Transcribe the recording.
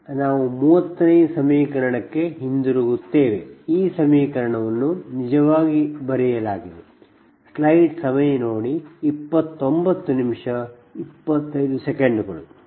ನಾವು 30ನೇಸಮೀಕರಣಕ್ಕೆ ಹಿಂತಿರುಗುತ್ತೇವೆ